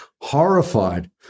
horrified